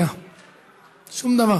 שום דבר.